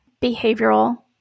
behavioral